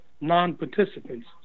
non-participants